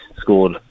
scored